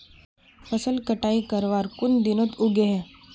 फसल कटाई करवार कुन दिनोत उगैहे?